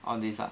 all these ah